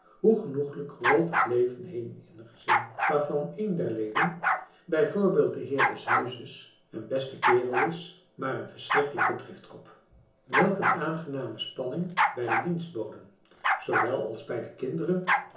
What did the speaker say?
hoe genoegelijk rolt het leven heen in een gezin waarvan françois haverschmidt familie en kennissen een der leden bijvoorbeeld de heer des huizes een beste kerel is maar een verschrikkelijke driftkop welk een aangename spanning bij de dienstboden zoowel als bij de kinderen